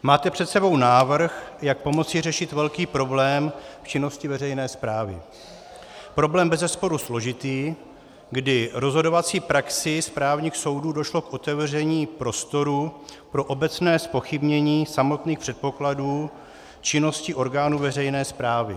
Máte před sebou návrh, jak pomoci řešit velký problém v činnosti veřejné správy, problém bezesporu složitý, kdy rozhodovací praxí správních soudů došlo k otevření prostoru pro obecné zpochybnění samotných předpokladů činnosti orgánů veřejné správy.